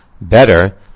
Better